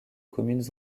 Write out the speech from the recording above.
communes